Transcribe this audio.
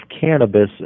cannabis